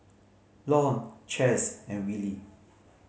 Lon Chaz and Willie